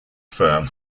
firm